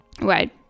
right